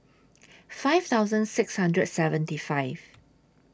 five thousand six hundred seventy five